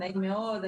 נעים מאוד,